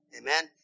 amen